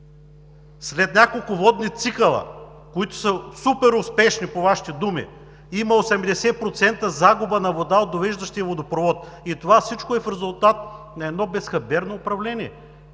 След няколко водни цикъла, които са супер успешни по Вашите думи, има 80% загуба на вода от довеждащия водопровод. Това всичко е в резултат на едно безхаберно управление.